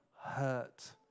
hurt